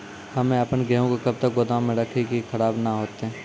हम्मे आपन गेहूँ के कब तक गोदाम मे राखी कि खराब न हते?